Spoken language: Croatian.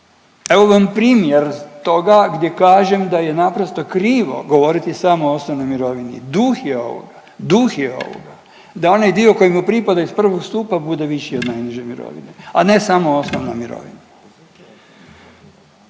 Evo vam primjer toga gdje kažem da je naprosto krivo govoriti samo o osnovnoj mirovini, duh je ovoga da onaj dio koji mu pripada iz prvog stupa bude viši od najniže mirovine, a ne samo osnovna mirovina.